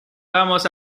vamos